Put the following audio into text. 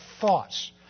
thoughts